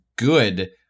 good